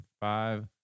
five